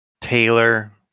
Taylor